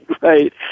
right